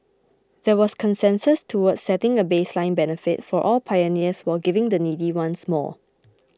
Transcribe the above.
there was consensus towards setting a baseline benefit for all pioneers while giving the needy ones more